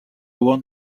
want